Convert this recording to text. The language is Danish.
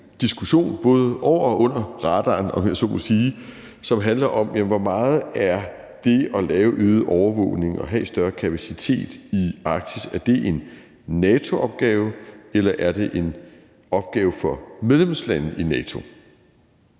både over og under radaren, om jeg så må sige – som handler om, hvor meget det at lave øget overvågning og have større kapacitet i Arktis er en NATO-opgave, eller om det er en opgave for medlemslande i NATO.